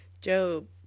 Job